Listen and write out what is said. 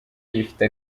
bifite